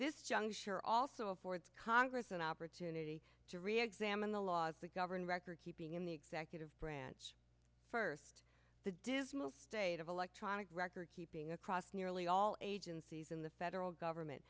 this juncture also affords congress an opportunity to reexamine the laws that govern recordkeeping in the executive branch first the dismal state of electronic record keeping across nearly all agencies in the federal government